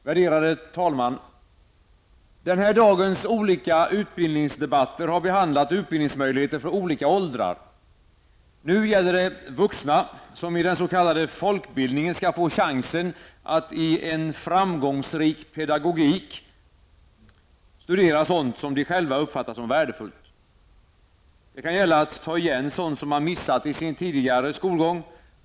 Värderade talman! Den här dagens olika utbildningsdebatter har behandlat utbildningsmöjligheter för olika åldrar. Nu gäller det vuxna som i den s.k. folkbildningen skall få chansen att i en framgångsrik pedagogisk modell studera sådant som de själva uppfattar som värdefullt. Det kan gälla att ta igen sådant som man missat i sin tidigare skolgång.